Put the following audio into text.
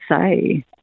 say